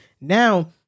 now